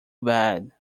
bad